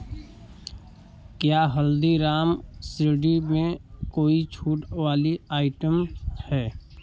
क्या हल्दीराम शिरडी में कोई छूट वाली आइटम है